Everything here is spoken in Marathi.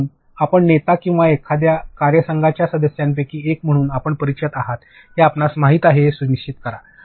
म्हणून आपण नेता किंवा आपल्या कार्यसंघाच्या सदस्यांपैकी एक म्हणून आपण परिचित आहात हे आपणास माहित आहे हे सुनिश्चित करा